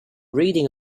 reading